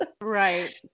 Right